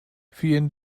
vielen